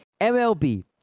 MLB